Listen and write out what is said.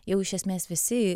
jau iš esmės visi